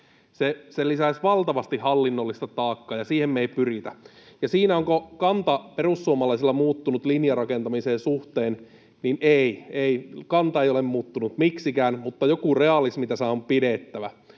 Se lisäisi valtavasti hallinnollista taakkaa, ja siihen me ei pyritä. Ja siihen, onko kanta perussuomalaisilla muuttunut linjarakentamisen suhteen: niin ei, kanta ei ole muuttunut miksikään, mutta joku realismi tässä on pidettävä.